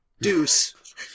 Deuce